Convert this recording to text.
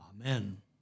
Amen